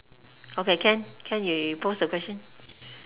okay can can you pose the question